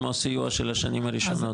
כמו הסיוע של השנים הראשונות?